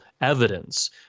evidence